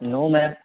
no ma'am